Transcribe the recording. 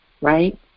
right